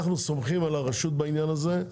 אנחנו סומכים על הרשות בעניין הזה.